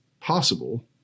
possible